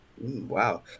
Wow